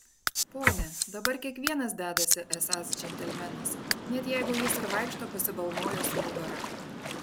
pone dabar kiekvienas dedasi esąs džentelmenas net jeigu jis ir vaikšto pasibalnojęs nugarą